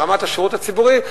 ברמת השירות הציבורי,